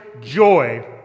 joy